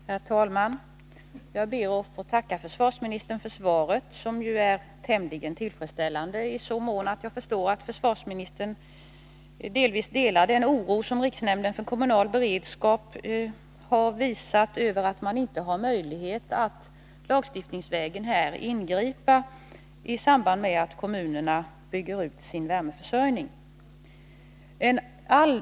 Herr talman! Jag ber att få tacka försvarsministern för svaret, som är tillfredsställande i så måtto att jag förstår att försvarsministern delvis delar den oro som riksnämnden för kommunal beredskap har visat över att man inte har någon möjlighet att lagstiftningsvägen ingripa i samband med att kommunerna bygger ut sin värmeförsörjning.